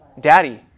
Daddy